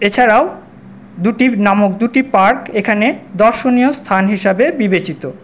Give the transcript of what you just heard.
এছাড়াও দুটি নামক দুটি পার্ক এখানে দর্শনীয় স্থান হিসাবে বিবেচিত